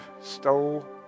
stole